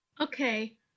okay